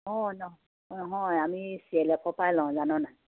অঁ ন নহয় আমি চি এল এফৰ পৰাই লওঁ জানো নাই